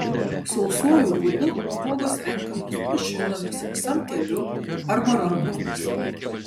sausuoju būdu uogos renkamos mašinomis samteliu arba rankomis